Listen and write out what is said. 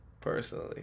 personally